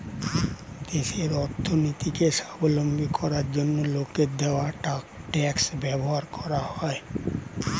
দেশের অর্থনীতিকে স্বাবলম্বী করার জন্য লোকের দেওয়া ট্যাক্স ব্যবহার করা হয়